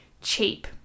cheap